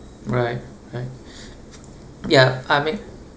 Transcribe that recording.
right right ya I mean